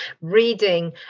reading